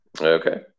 Okay